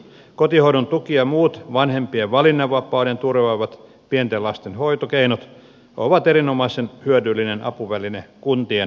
kotihoidon tuki ja muut vanhempien valinnanvapauden turvaavat pienten lasten hoitokeinot ovat erinomaisen hyödyllinen apuväline kuntien työkalupakissa